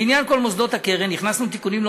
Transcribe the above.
לעניין כל מוסדות הקרן הכנסנו תיקונים לא